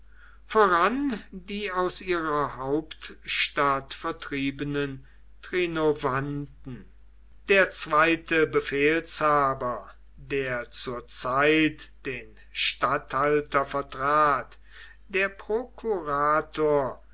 voran die aus ihrer hauptstadt vertriebenen trinovanten der zweite befehlshaber der zur zeit den statthalter vertrat der prokurator